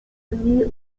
tournés